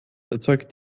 erzeugt